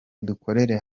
dukorere